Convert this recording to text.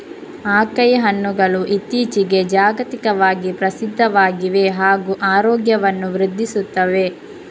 acai ಹಣ್ಣುಗಳು ಇತ್ತೀಚಿಗೆ ಜಾಗತಿಕವಾಗಿ ಪ್ರಸಿದ್ಧವಾಗಿವೆ ಹಾಗೂ ಆರೋಗ್ಯವನ್ನು ವೃದ್ಧಿಸುತ್ತವೆ